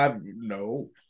No